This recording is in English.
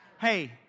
Hey